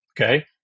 okay